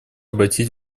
обратить